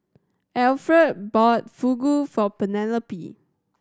Alferd bought Fugu for Penelope